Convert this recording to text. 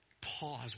Pause